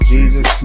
Jesus